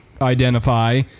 identify